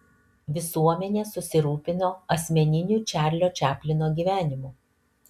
visuomenė susirūpino asmeniniu čarlio čaplino gyvenimu